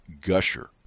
gusher